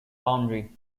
boundary